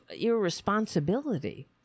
irresponsibility